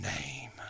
name